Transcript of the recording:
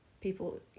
People